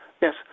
Yes